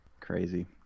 Crazy